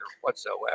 whatsoever